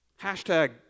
Hashtag